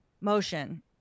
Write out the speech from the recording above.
motion